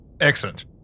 excellent